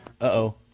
Uh-oh